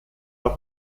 der